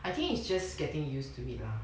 I think it's just getting used to it lah